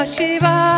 Shiva